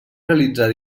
realitzar